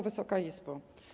Wysoka Izbo!